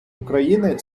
україни